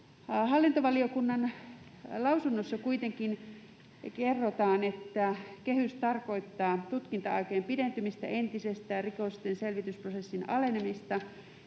Hallintovaliokunnan lausunnossa kuitenkin kerrotaan, että kehys tarkoittaa tutkinta-aikojen pidentymistä entisestään, rikosten selvitysprosessien alenemista